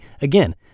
Again